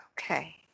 Okay